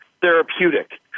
therapeutic